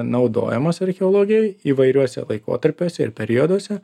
naudojamas archeologijoj įvairiuose laikotarpiuose ir perioduose